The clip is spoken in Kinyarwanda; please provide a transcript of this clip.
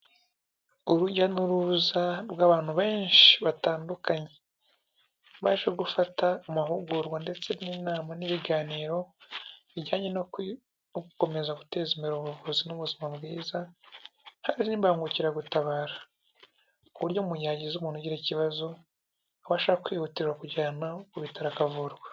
Urujya n'uruza rw'abantu benshi batandukanye, baje gufata amahugurwa ndetse n'inama n'ibiganiro bijyanye no gukomeza guteza imbere ubuvuzi n'ubuzima bwiza, hari n'imbangukiragutabara, ku buryo mugihe umuntu ugira ikibazo, abasha kwihutira kujyana ku bitaro akavurwa.